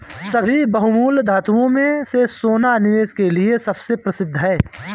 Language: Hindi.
सभी बहुमूल्य धातुओं में से सोना निवेश के लिए सबसे प्रसिद्ध है